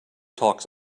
talks